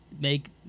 make